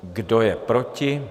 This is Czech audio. Kdo je proti?